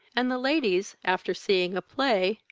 and the ladies, after seeing a play,